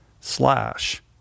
slash